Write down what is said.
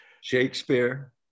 Shakespeare